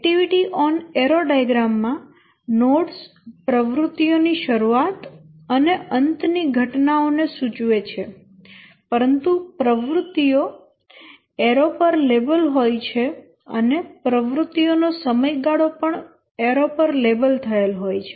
activity on arrow diagram માં nodes પ્રવૃત્તિઓની શરૂઆત અને અંતની ઘટનાઓને સૂચવે છે પરંતુ પ્રવૃત્તિઓ એરો પર લેબલ હોય છે અને પ્રવૃત્તિઓનો સમયગાળો પણ એરો પર લેબલ થયેલ હોય છે